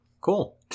Cool